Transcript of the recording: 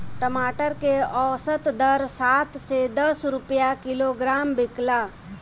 टमाटर के औसत दर सात से दस रुपया किलोग्राम बिकला?